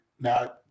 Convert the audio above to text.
Now